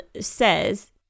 says